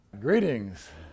Greetings